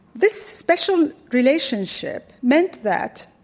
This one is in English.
this special relationship meant that